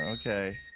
Okay